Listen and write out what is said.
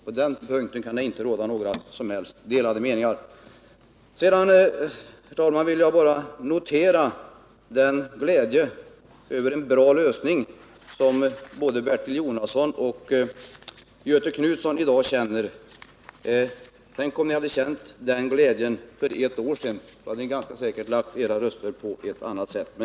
På den punkten kan det inte råda några som helst Jag vill sedan bara notera den glädje över en bra lösning som både Bertil Jonasson och Göthe Knutson i dag känner. Tänk om de hade känt den glädjen för ett år sedan! Då hade de ganska säkert lagt sina röster på ett annat sätt.